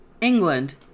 England